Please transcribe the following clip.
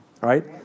right